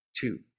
two